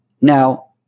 now